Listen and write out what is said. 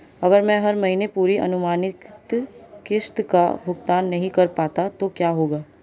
अगर मैं हर महीने पूरी अनुमानित किश्त का भुगतान नहीं कर पाता तो क्या होगा?